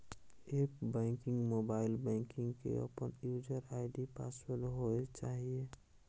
app banking, mobile banking के अपन user ID password होय चाहिए